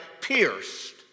pierced